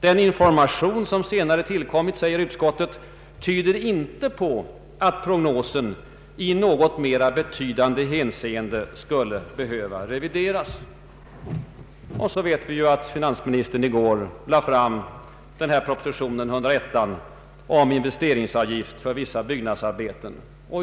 Den information som senare tillkommit, säger utskottet, ”tyder inte på att prognosen i något mera betydande hänseende skulle behöva revideras”. Och nu vet vi att finansministern i går lade fram proposition 101 om investeringsavgifter för vissa byggnadsarbeten.